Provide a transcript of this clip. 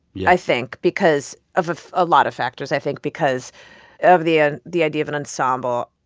yeah. i think, because of of a lot of factors, i think, because of the ah the idea of an ensemble.